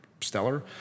stellar